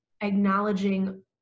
acknowledging